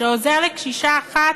שעוזר לקשישה אחת,